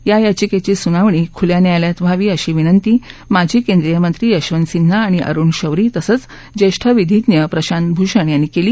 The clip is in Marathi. या याचिकेची सुनावणी खुल्या न्यायालयात व्हावी अशी विनंती माजी केंद्रीय मंत्री यशवंत सिन्हा आणि अरुण शौरी तसंच ज्येष्ठ विधिज्ञ प्रशांत भूषण यांनी केली